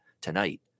tonight